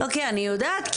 אני יודעת,